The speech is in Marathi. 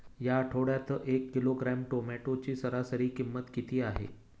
या आठवड्यात एक किलोग्रॅम टोमॅटोची सरासरी किंमत किती आहे?